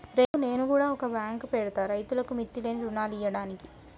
రేపు నేను గుడ ఓ బాంకు పెడ్తా, రైతులకు మిత్తిలేని రుణాలియ్యడానికి